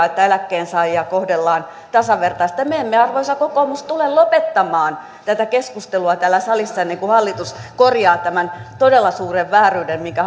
että eläkkeensaajia kohdellaan tasavertaisesti me emme arvoisa kokoomus tule lopettamaan tätä keskustelua täällä salissa ennen kuin hallitus korjaa tämän todella suuren vääryyden minkä